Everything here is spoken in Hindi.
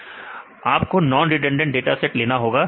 विद्यार्थी रिडंडेंसी आपको नॉन रिडंडेंट डाटा सेट लेना होगा